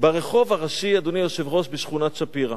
ברחוב הראשי, אדוני היושב-ראש, בשכונת-שפירא,